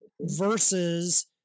versus